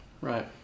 right